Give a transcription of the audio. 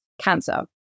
cancer